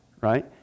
right